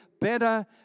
better